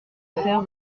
faire